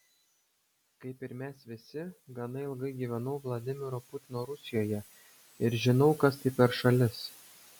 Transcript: kaip ir mes visi gana ilgai gyvenau vladimiro putino rusijoje ir žinau kas tai per šalis